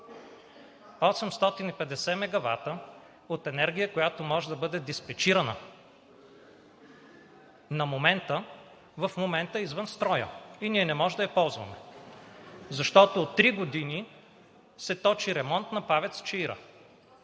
850 мегавата от енергия, която може да бъде диспечирана на момента, в момента е извън строя и ние не можем да я ползваме, защото от три години се точи ремонт на ПАВЕЦ „Чаира“